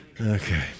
Okay